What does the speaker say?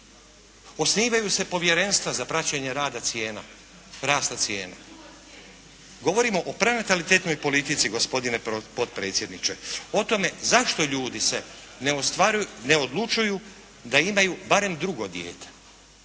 Osnivaju se povjerenstva za praćenje rasta cijena. Govorimo o pronatalitetnoj politici gospodine potpredsjedniče, o tome zašto ljudi se ne odlučuju da imaju barem drugo dijete.